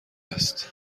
است